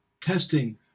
testing